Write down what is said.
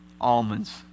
almonds